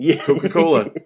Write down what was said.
Coca-Cola